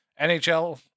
NHL